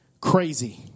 Crazy